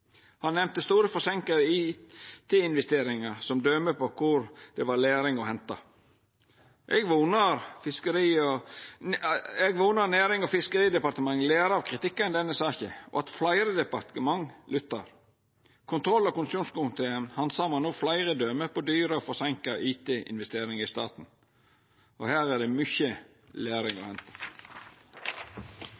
Han nemnde store forseinka IT-investeringar som døme på kvar det var læring å henta. Eg vonar at Nærings- og fiskeridepartementet lærer av kritikken i denne saka, og at fleire departement lyttar. Kontroll- og konstitusjonskomiteen handsamar no fleire døme på dyre og forseinka IT-investeringar i staten – og her er det mykje læring å